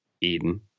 Eden